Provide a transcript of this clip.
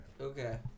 Okay